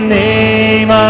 name